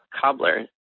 cobbler